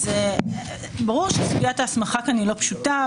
אז ברור שסוגיית ההסמכה כאן היא לא פשוטה,